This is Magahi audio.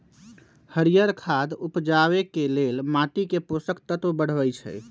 हरियर खाद उपजाके लेल माटीके पोषक तत्व बढ़बइ छइ